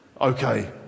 okay